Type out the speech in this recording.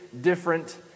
different